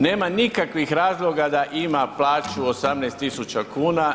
Nema nikakvih razloga da ima plaću 18 tisuća kuna.